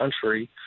country